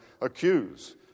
accuse